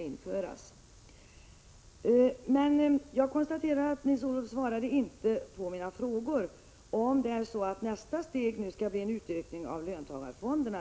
införa socialavgifter. Jag konstaterar att Nils-Olof Gustafsson inte svarade på mina frågor. Jag frågade bl.a. om nästa steg blir en utökning av löntagarfonderna.